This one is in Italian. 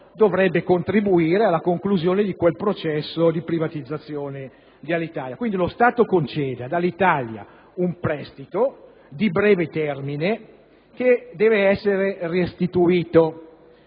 dovrebbe contribuire alla conclusione del processo di privatizzazione di Alitalia. Lo Stato, quindi, concede ad Alitalia un prestito a breve termine che deve essere restituito.